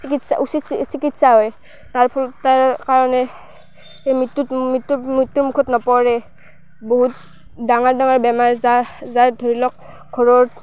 চিকিৎসা উচিত চি চিকিৎসা হয় তাৰ ফলত তাৰ কাৰণে মৃত্যুত মৃত্যু মৃত্যুমুখত নপৰে বহুত ডাঙৰ ডাঙৰ বেমাৰ যাৰ যাৰ ধৰি লওক ঘৰত